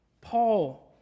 Paul